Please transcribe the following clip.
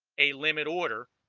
a limit order